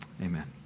Amen